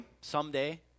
someday